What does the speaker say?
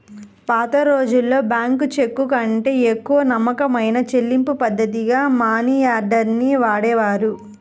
పాతరోజుల్లో బ్యేంకు చెక్కుకంటే ఎక్కువ నమ్మకమైన చెల్లింపుపద్ధతిగా మనియార్డర్ ని వాడేవాళ్ళు